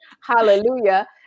hallelujah